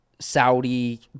Saudi